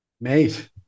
mate